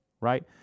right